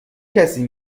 کسی